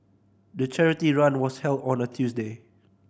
the charity run was held on a Tuesday